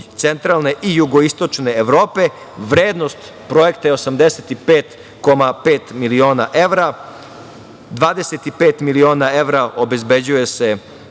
centralne i jugoistočne Evrope. Vrednost projekata je 85,5 miliona evra, 25 miliona evra obezbeđuje se